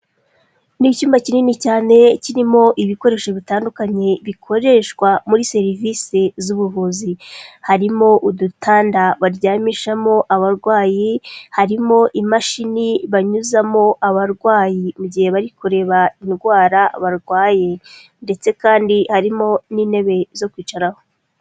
Ni icyumba kinini cyane, kirimo ibikoresho bitandukanye bikoreshwa muri serivise z'ubuvuzi. Harimo udutanda baryamishamo abarwayi, harimo imashini banyuzamo abarwayi mu gihe bari kureba indwara barwaye ndetse kandi harimo n'intebe zo kwicaraho.